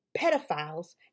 pedophiles